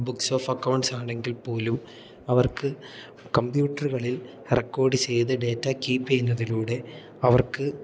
books of accounts ആണെങ്കിൽ പോലും അവർക്ക് കമ്പ്യൂട്ടറുകളിൽ റെക്കോർഡ് ചെയ്ത് ഡേറ്റ കീപ്പ് ചെയ്യുന്നതിലൂടെ അവർക്ക്